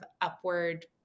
upward